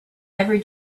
every